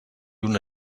una